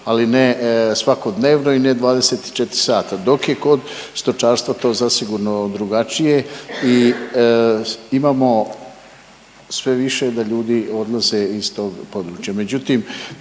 ali ne svakodnevno i ne 24 sata, dok je kod stočarstva to zasigurno drugačije i imamo sve više da ljudi odlaze iz tog područja.